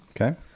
Okay